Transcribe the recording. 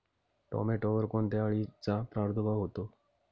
टोमॅटोवर कोणत्या अळीचा प्रादुर्भाव होतो?